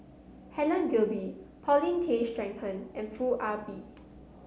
Helen Gilbey Paulin Tay Straughan and Foo Ah Bee